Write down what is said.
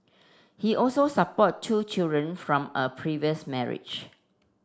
he also support two children from a previous marriage